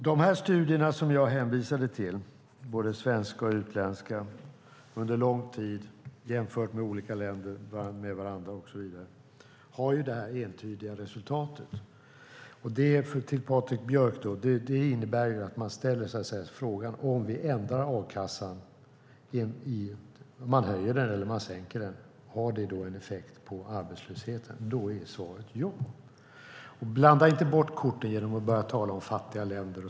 Fru talman! De svenska och utländska studier jag har hänvisat till har tagits fram under lång tid. Olika länder har jämförts med varandra, och så vidare. De visar ett entydigt resultat. Det innebär, Patrik Björck, att om man ställer sig frågan om en sänkning eller höjning av a-kassan påverkar arbetslösheten är svaret ja. Blanda inte bort korten genom att tala om fattiga länder.